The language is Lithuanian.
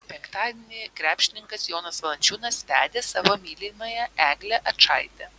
penktadienį krepšininkas jonas valančiūnas vedė savo mylimąją eglę ačaitę